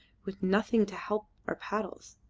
with nothing to help our paddles.